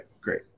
great